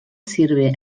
sirve